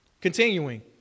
continuing